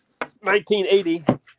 1980